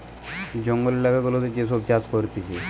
জঙ্গল এলাকা গুলাতে যে সব চাষ করতিছে